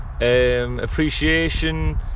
appreciation